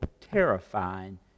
terrifying